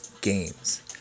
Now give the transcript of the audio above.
games